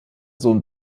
sohn